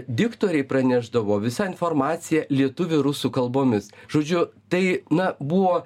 diktoriai pranešdavo visą informacija lietuvių rusų kalbomis žodžiu tai na buvo